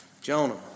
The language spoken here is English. Jonah